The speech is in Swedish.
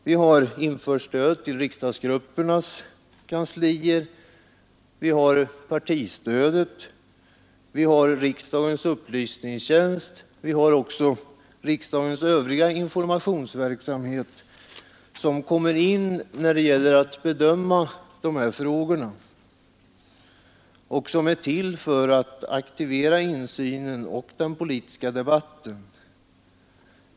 Vi har infört stödet till riksgruppernas kanslier, genomfört partistödet och inrättat riksdagens upplysningstjänst. Också riksdagens övriga informationsverksamhet kommer in när det gäller att bedöma dessa frågor. Allt detta är till för att aktivera insynen och den politiska debatten.